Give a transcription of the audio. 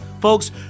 folks